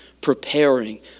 preparing